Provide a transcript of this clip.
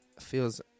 feels